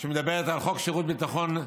שמדברת על חוק שירות ביטחון: